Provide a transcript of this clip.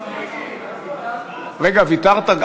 רגע, ויתרת?